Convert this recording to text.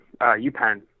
UPenn